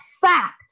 fact